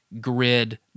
grid